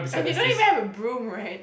and you don't even have a broom right